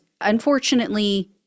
unfortunately